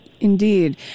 Indeed